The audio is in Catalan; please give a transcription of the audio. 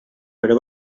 però